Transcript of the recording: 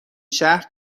شهر